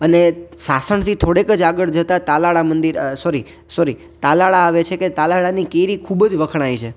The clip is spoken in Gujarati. અને સાસણથી થોડેક જ આગળ જતા તાલાળા મંદિર આવે છે સોરી સોરી તાલાળા આવે છે કે તાલાળાની કેરી ખૂબ જ વખણાય છે